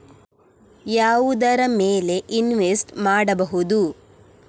ಯಾವುದರ ಮೇಲೆ ಇನ್ವೆಸ್ಟ್ ಮಾಡಬಹುದು?